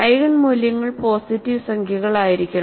eigen മൂല്യങ്ങൾ positive സംഖ്യകളായിരിക്കണം